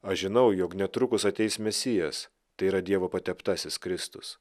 aš žinau jog netrukus ateis mesijas tai yra dievo pateptasis kristus